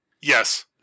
Yes